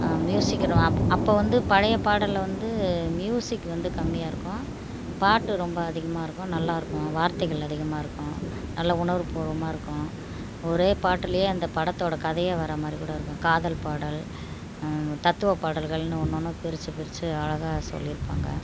மியூசிக்குரொ அப் அப்போ வந்து பழைய பாடலில் வந்து மியூசிக் வந்து கம்மியாகருக்கும் பாட்டு ரொம்ப அதிகமாகருக்கும் நல்லாருக்கும் வார்த்தைகள் அதிகமாகருக்கும் நல்ல உணர்வுபூர்வமாகருக்கும் ஒரே பாட்டுலையே அந்த படத்தொட கதையே வரமாதிரி கூட இருக்கும் காதல் பாடல் தத்துவ பாடல்கள்னு ஒன்று ஒன்றும் பிரிச்சு பிரிச்சு அழகாக சொல்லிருப்பாங்க